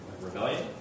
rebellion